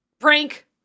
prank